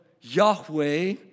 Yahweh